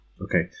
Okay